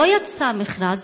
לא יצא מכרז.